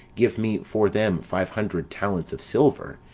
give me for them five hundred talents of silver,